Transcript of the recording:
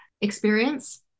experience